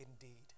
indeed